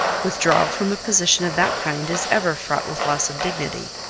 withdrawal from a position of that kind is ever fraught with loss of dignity.